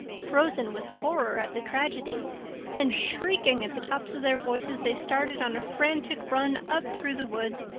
frozen with horror at the tragedy then, shrieking at the tops of their voices, they started on a frantic run up through the woods,